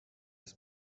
des